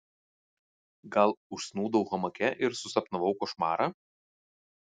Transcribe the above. gal užsnūdau hamake ir susapnavau košmarą